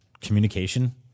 communication